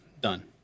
done